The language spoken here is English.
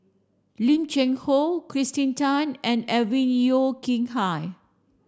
Lim Cheng Hoe Kirsten Tan and Alvin Yeo Khirn Hai